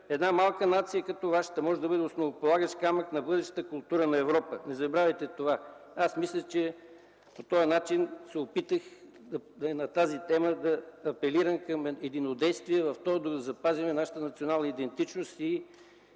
Една малка нация като вашата може да бъде основополагащ камък на бъдещата култура на Европа. Не забравайте това!” С тази тема се опитах да апелирам за единодействие в този дух, за да запазим нашата национална идентичност и,